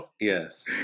Yes